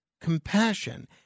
compassion